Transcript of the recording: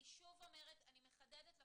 אני מחדדת לפרוטוקול,